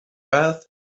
earth